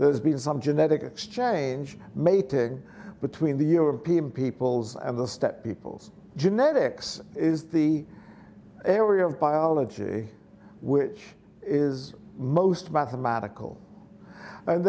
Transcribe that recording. there's been some genetic exchange mating between the european peoples and the step people's genetics is the area of biology which is most mathematical and